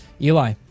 Eli